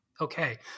Okay